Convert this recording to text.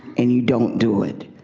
and you don't do it.